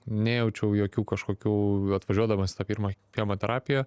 nejaučiau jokių kažkokių atvažiuodamas į tą pirmą chemoterapiją